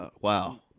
Wow